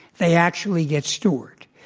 they actually get stored.